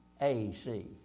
AC